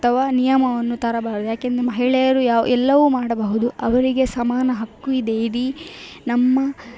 ಅಥವಾ ನಿಯಮವನ್ನು ತರಬಾರದು ಯಾಕೆಂದರೆ ಮಹಿಳೆಯರು ಯ ಎಲ್ಲವೂ ಮಾಡಬಹುದು ಅವರಿಗೆ ಸಮಾನ ಹಕ್ಕು ಇದೆ ಇಡೀ ನಮ್ಮ